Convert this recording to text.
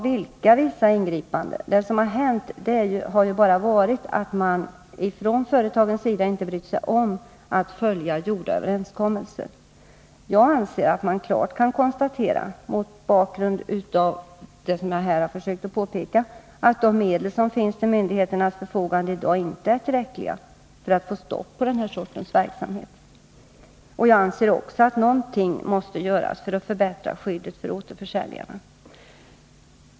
Vilka ingripanden? Hittills har företagen inte brytt sig om att följa träffade överenskommelser. Jag anser att man mot bakgrund av det jag här har sagt klart kan konstatera att de medel som står till myndigheternas förfogande i dag inte är tillräckliga för att få stopp på det här slaget av verksamhet. Jag anser också att någonting måste göras för att förbättra skyddet för återförsäljarna.